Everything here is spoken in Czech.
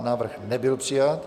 Návrh nebyl přijat.